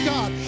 God